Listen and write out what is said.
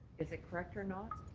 is it correct or not?